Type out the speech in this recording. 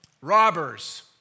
robbers